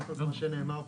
קודם כל כמו שנאמר פה,